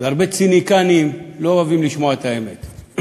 והרבה ציניקנים לא אוהבים לשמוע את האמת.